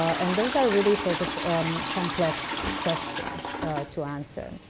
and those are really sort of complex questions to answer.